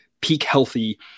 peak-healthy